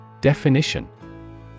Definition